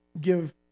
give